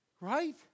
right